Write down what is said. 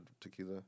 tequila